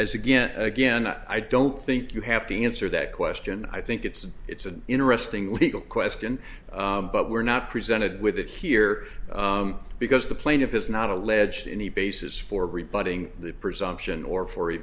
as again again i don't think you have to answer that question i think it's it's an interesting legal question but we're not presented with it here because the plaintiff has not alleged any basis for rebutting the presumption or for